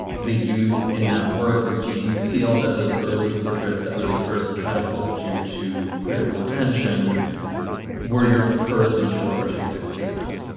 the youth in that work, or do you feel that those early portraits that really first catapulted you to critical attention were your first mature artistic statement?